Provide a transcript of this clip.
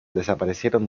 desaparecieron